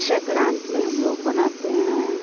संक्रान्त में हमलोग बनाते हैं